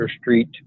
street